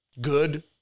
Good